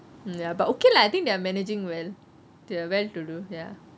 ya but okay lah I think they are managing well they are well to do ya